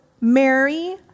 Mary